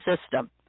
system